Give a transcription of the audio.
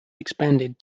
expanded